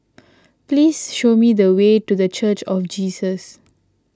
please show me the way to the Church of Jesus